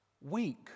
weak